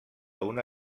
una